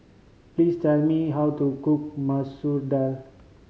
please tell me how to cook Masoor Dal